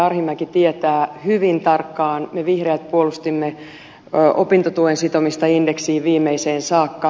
arhinmäki tietää hyvin tarkkaan me vihreät puolustimme opintotuen sitomista indeksiin viimeiseen saakka